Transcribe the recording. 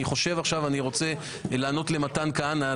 אני רוצה לענות למתן כהנא,